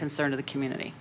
concern to the community